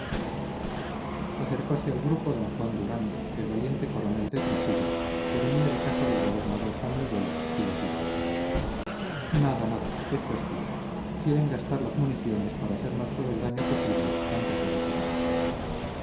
acercose al grupo d juan durán el valiente coronel de trujillo que venía de casa del gobernador san miguel y les dijo nada nada esto es claro quieren gastar las municiones para hacernos todo el daño posible antes de retirarse